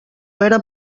era